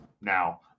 now